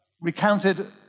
recounted